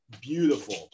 beautiful